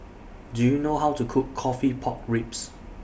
Do YOU know How to Cook Coffee Pork Ribs